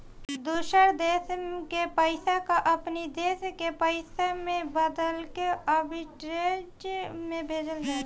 दूसर देस के पईसा कअ अपनी देस के पईसा में बदलके आर्बिट्रेज से भेजल जाला